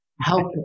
Help